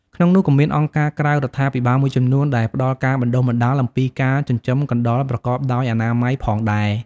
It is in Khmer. ក្នុងនោះក៏មានអង្គការក្រៅរដ្ឋាភិបាលមួយចំនួនដែលផ្ដល់ការបណ្តុះបណ្ដាលអំពីការចិញ្ចឹមកណ្តុរប្រកបដោយអនាម័យផងដែរ។